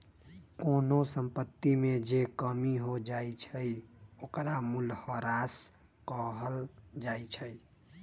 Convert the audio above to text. कोनो संपत्ति में जे कमी हो जाई छई ओकरा मूलहरास कहल जाई छई